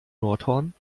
nordhorn